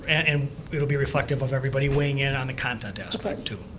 and and it will be reflective of everybody weighing in on the context aspect, too.